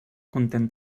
content